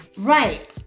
Right